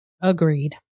Agreed